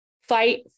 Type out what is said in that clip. fight